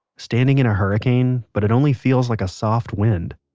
standing in a hurricane but it only feels like a soft wind.